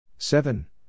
Seven